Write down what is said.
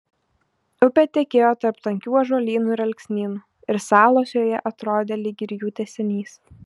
upė tekėjo tarp tankių ąžuolynų ir alksnynų ir salos joje atrodė lyg ir jų tęsinys